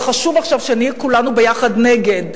זה חשוב עכשיו שנהיה כולנו ביחד נגד.